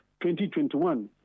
2021